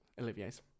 Olivier's